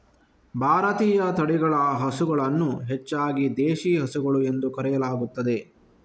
ಭಾರತೀಯ ತಳಿಗಳ ಹಸುಗಳನ್ನು ಹೆಚ್ಚಾಗಿ ದೇಶಿ ಹಸುಗಳು ಎಂದು ಕರೆಯಲಾಗುತ್ತದೆ